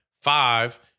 five